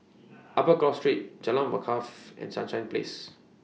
Upper Cross Street Jalan Wakaff and Sunshine Place